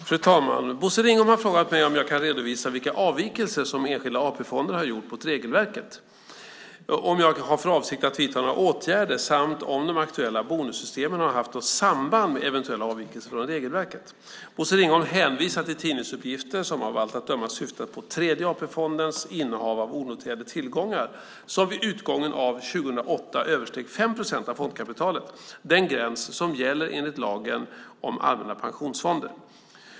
Fru talman! Bosse Ringholm har frågat mig om jag kan redovisa vilka avvikelser som enskilda AP-fonder har gjort från regelverket, om jag har för avsikt att vidta några åtgärder samt om de aktuella bonussystemen har haft något samband med eventuella avvikelser från regelverket. Bosse Ringholm hänvisar till tidningsuppgifter som av allt att döma syftar på Tredje AP-fondens innehav av onoterade tillgångar som vid utgången av 2008 översteg 5 procent av fondkapitalet, den gräns som gäller enligt lagen om allmänna pensionsfonder .